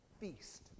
feast